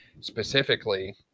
specifically